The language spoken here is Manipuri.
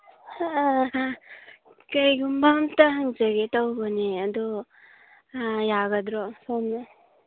ꯀꯩꯒꯨꯝꯕ ꯑꯃꯇ ꯍꯪꯖꯒꯦ ꯇꯧꯕꯅꯦ ꯑꯗꯨ ꯌꯥꯒꯗ꯭ꯔꯣ ꯁꯣꯝꯁꯦ